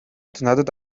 надад